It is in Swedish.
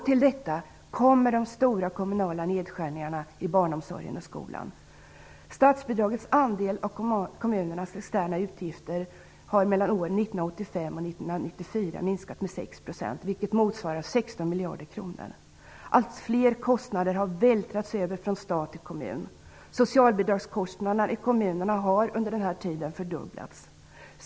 Till detta kommer de stora kommunala nedskärningarna i barnomsorgen och skolan. Statsbidragens andel av kommunernas externa utgifter har mellan miljarder kronor. Allt fler kostnader har vältrats över från stat till kommun. Socialbidragskostnaderna i kommunerna har under den här tiden fördubblats.